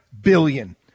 billion